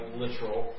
literal